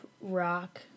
rock